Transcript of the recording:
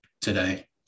today